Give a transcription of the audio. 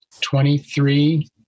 twenty-three